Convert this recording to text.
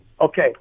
Okay